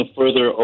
further